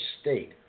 state